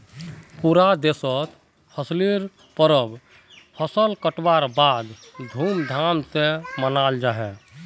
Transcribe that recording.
पूरा देशोत फसलेर परब फसल कटवार बाद धूम धाम से मनाल जाहा